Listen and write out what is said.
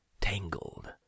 tangled